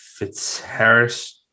Fitzharris